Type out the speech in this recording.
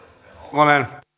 arvon